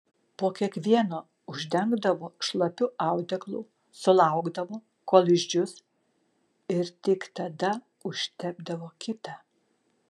po kiekvieno uždengdavo šlapiu audeklu sulaukdavo kol išdžius ir tik tada užtepdavo kitą